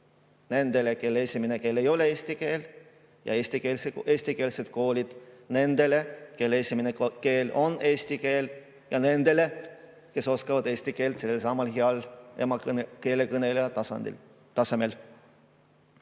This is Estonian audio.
nendele, kelle esimene keel ei ole eesti keel, ja eestikeelsed koolid nendele, kelle esimene keel on eesti keel ja nendele, kes oskavad eesti keelt sellelsamal heal emakeele kõneleja tasemel.